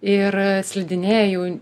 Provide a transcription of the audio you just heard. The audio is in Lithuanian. ir slidinėja jau